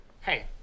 hey